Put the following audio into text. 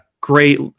great